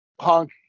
Punk